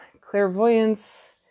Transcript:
Clairvoyance